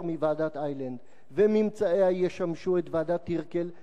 מוועדת-איילנד וממצאיה ישמשו את ועדת-טירקל,